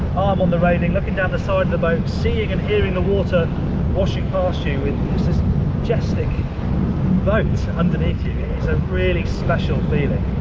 on the railing, looking down the side of the boat, seeing and hearing the water washing past you with just this majestic boat underneath you is a really special feeling,